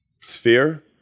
Sphere